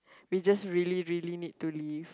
we just really really need to leave